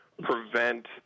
prevent